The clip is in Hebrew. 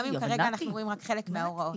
אם כרגע אנחנו רואים רק חלק מההוראות.